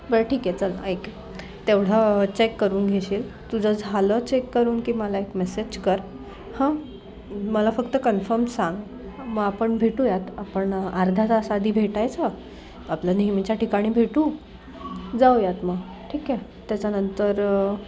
बर ठीक आहे चल ऐक तेवढं चेक करून घेशील तुझं झालं चेक करून की मला एक मेसेज कर हं मला फक्त कन्फर्म सांग मग आपण भेटूयात आपण अर्धा तास आधी भेटायचं आपलं नेहमीच्या ठिकाणी भेटू जाऊयात मग ठीक आहे त्याच्यानंतर